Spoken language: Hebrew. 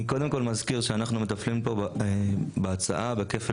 מזכיר שאנחנו מטפלים בו בהצעה בכפל